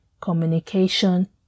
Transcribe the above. communication